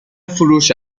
فروش